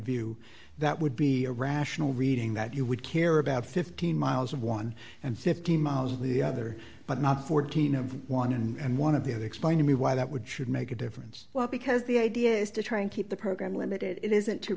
view that would be a rational reading that you would care about fifteen miles of one and fifteen miles of the other but not fourteen of one and one of the other explain to me why that would should make a difference well because the idea is to try and keep the program limited it isn't to